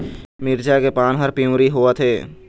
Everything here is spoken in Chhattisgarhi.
मिरचा के पान हर पिवरी होवथे?